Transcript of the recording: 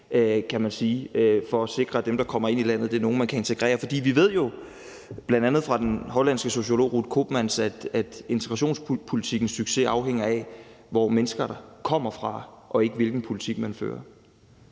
for at sikre, at dem, der kommer ind i landet, er nogle, man kan integrere. For vi ved jo, bl.a. fra den hollandske sociolog Ruud Koopmans, at integrationspolitikkens succes afhænger af, hvor mennesker kommer fra, og ikke, hvilken politik man fører.